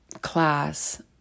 class